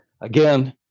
again